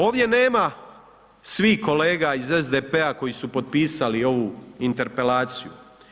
Ovdje nema svih kolega iz SPD-a koji su potpisali ovu interpelaciju.